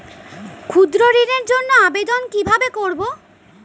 ক্ষুদ্র ঋণের জন্য আবেদন কিভাবে করব?